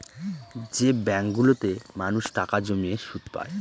যে ব্যাঙ্কগুলোতে মানুষ টাকা জমিয়ে সুদ পায়